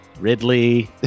Ridley